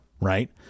right